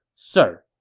sir,